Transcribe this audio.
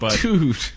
Dude